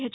H